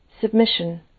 submission